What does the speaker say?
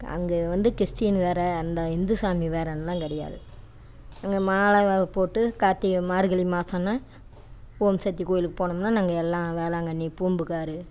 அங்கே வந்து கிறிஸ்டீன் வேறு அந்த இந்து சாமி வேறென்லாம் கிடையாது அங்கே மாலை போட்டு கார்த்திகை மார்கழி மாதம்னா ஓம் சக்தி கோயிலுக்கு போனோம்னால் நாங்கள் எல்லாம் வேளாங்கண்ணி பூம்புகார்